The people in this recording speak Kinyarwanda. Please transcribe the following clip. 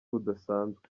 budasanzwe